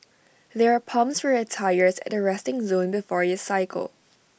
there are pumps for your tyres at the resting zone before you cycle